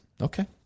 Okay